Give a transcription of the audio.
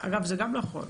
אגב, זה גם נכון.